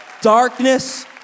Darkness